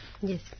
Yes